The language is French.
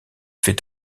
fait